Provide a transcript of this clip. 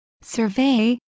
Survey